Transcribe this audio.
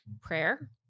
prayer